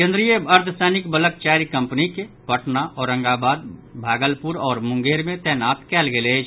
केन्द्रीय अर्ध सैनिक बलक चारि कम्पनि के पटना औरंगावाद भागपुर आओर मुंगेर मे तैनात कयल गेल अछि